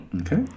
Okay